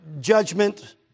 judgment